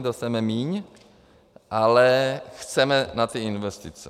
Dostaneme míň, ale chceme na ty investice.